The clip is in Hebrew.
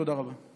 תודה רבה.